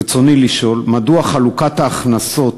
רצוני לשאול: מדוע חלוקת ההכנסות